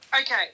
Okay